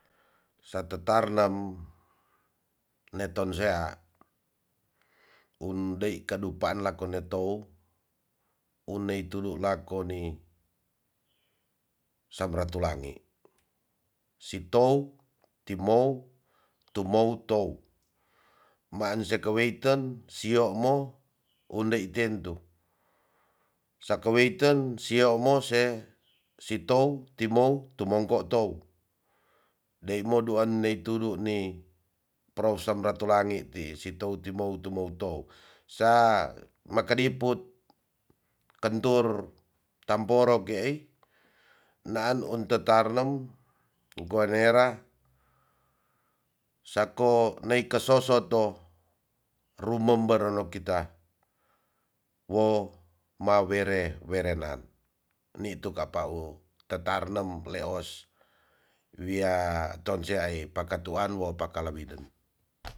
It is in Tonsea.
Sa tetarnem ne tonsea undei kadu paan lako netou unei tudu lako ni sam ratulangi si tou ti mou tu mou tou maan sika weiten sio mo undei tentu. sakaweten siou mo se si tou ti mou tumongko tou dei mo duan dei mo tudu ni prou sam ratulangi ti si tou ti mou tu mou tou sa makadiput kentur tamporo ki ai naan un tetarnem nikoa nera sako nei ke sosot do rumember relo kita wo mawere werenan nitu kapa u tetarnem pleos wia tonsea ai pakatuan wo pakalewinwn.